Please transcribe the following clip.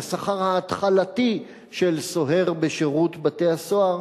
כשכר ההתחלתי של סוהר בשירות בתי-הסוהר.